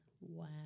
Wow